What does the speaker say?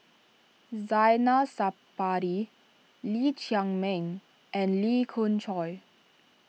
Zainal Sapari Lee Chiaw Meng and Lee Khoon Choy